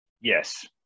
Yes